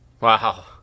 Wow